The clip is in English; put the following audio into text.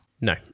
No